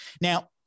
Now